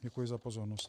Děkuji za pozornost.